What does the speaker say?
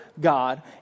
God